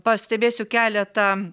pastebėsiu keletą